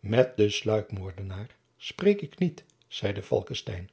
met den sluikmoordenaar spreek ik niet zeide falckestein